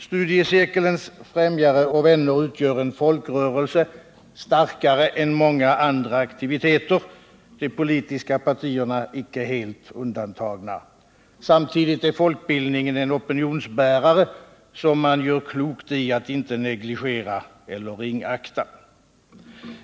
Studiecirkelns främjare och vänner utgör en folkrörelse starkare än många andra aktiviteter, de politiska partierna icke helt undantagna. Samtidigt är folkbildningen en opinionsbärare som man gör klokt i att inte negligera eller ringakta.